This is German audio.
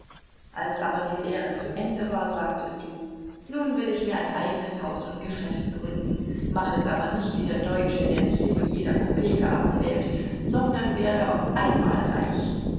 als aber die lehre zu ende war sagtest du nun will ich mir ein eigenes haus und geschäft gründen mach es aber nicht wie der deutsche der sich wegen jeder kopeke abquält sondern werde auf einmal reich